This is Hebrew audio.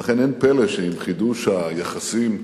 ולכן, אין פלא שעם חידוש היחסים בינינו,